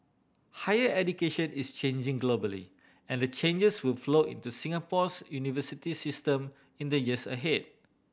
higher education is changing globally and the changes will flow into Singapore's university system in the years ahead